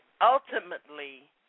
ultimately